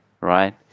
right